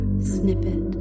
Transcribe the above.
snippet